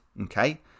Okay